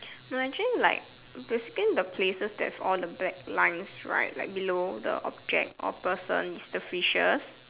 no actually like we scan the places that's on the black lines right like below the objects or persons is the fishes